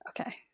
Okay